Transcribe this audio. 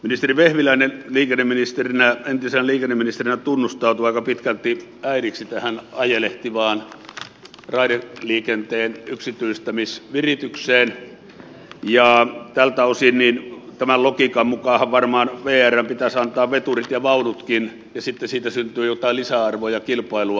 ministeri vehviläinen entisenä liikenneministerinä tunnustautui aika pitkälti äidiksi tähän ajelehtivaan raideliikenteen yksityistämisviritykseen ja tältä osin tämän logiikan mukaanhan varmaan vrn pitäisi antaa veturit ja vaunutkin ja sitten siitä syntyy jotain lisäarvoa ja kilpailua